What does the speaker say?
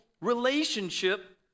relationship